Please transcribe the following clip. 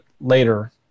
later